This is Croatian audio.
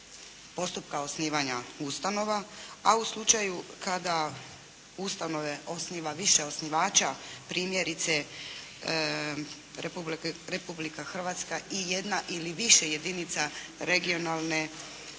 postupka osnivanja ustanova a u slučaju kada ustanove osniva više osnivača, primjerice Republika Hrvatska i jedna ili više jedinica regionalne